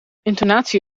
intonatie